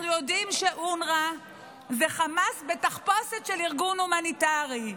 יודעים שאונר"א זה חמאס בתחפושת של ארגון הומניטרי.